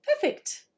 Perfect